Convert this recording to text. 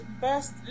Best